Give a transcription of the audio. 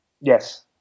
Yes